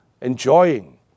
enjoying